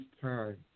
time